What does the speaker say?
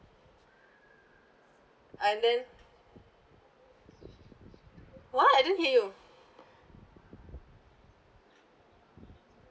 and then what I don't hear you